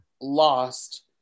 lost